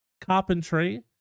Carpentry